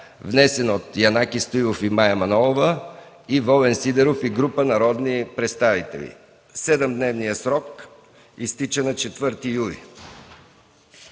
Вносители – Янаки Стоилов, Мая Манолова, Волен Сидеров и група народни представители. Седемдневният срок изтича на 4 юли